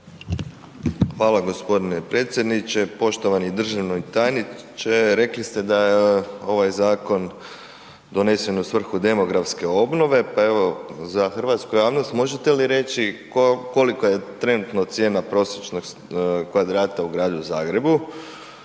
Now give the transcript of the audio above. Hvala gospodine predsjedniče, poštovani državni tajniče. Rekli ste da ovaj je ovaj zakon donesen u svrhu demografske obnove. Pa evo za hrvatsku javnost možete li reći kolika je trenutno cijena prosječnog kvadrata u gradu Zagrebu,